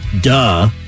duh